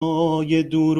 دور